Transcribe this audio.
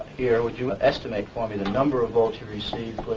here would you estimate for me the number of volts received,